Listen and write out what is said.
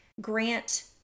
Grant